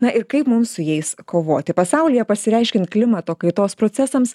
na ir kaip mums su jais kovoti pasaulyje pasireiškiant klimato kaitos procesams